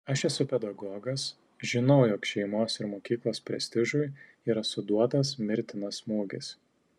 aš esu pedagogas žinau jog šeimos ir mokyklos prestižui yra suduotas mirtinas smūgis